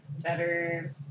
better